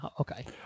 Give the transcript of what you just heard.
Okay